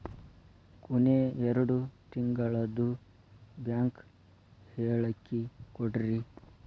ಕೊನೆ ಎರಡು ತಿಂಗಳದು ಬ್ಯಾಂಕ್ ಹೇಳಕಿ ಕೊಡ್ರಿ